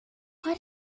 what